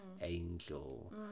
Angel